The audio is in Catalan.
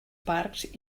parcs